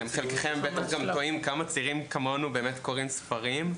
חלקכם בטח גם תוהים כמה צעירים כמונו באמת קוראים ספרים.